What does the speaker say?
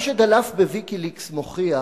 מה שדלף ב"ויקיליקס" מוכיח